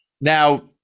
Now